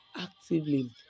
actively